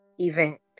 event